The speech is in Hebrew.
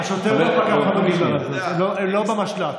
השוטר והפקח, הם לא במשל"ט.